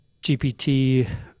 GPT